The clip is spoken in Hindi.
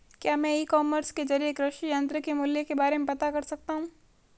क्या मैं ई कॉमर्स के ज़रिए कृषि यंत्र के मूल्य के बारे में पता कर सकता हूँ?